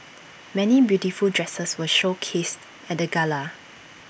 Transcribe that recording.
many beautiful dresses were showcased at the gala